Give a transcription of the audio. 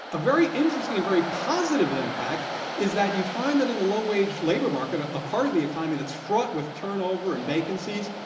a very interesting and very positive impact is that you find that in the low wage labor market, a part of the economy that's fraught with turnover and vacancies,